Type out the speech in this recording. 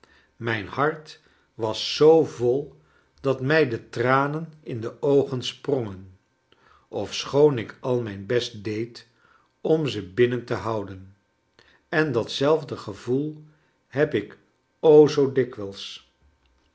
mijn hart was zoo vol dat mij de tranen in de oogen sprongen ofschoon ik al mijn best deed om ze binnen te houden en dat zelfde gevoel heb ik o zoo dikwijls